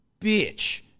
bitch